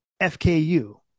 fku